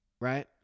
Right